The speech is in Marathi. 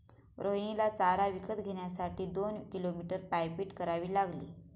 रोहिणीला चारा विकत घेण्यासाठी दोन किलोमीटर पायपीट करावी लागली